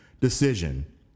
decision